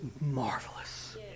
marvelous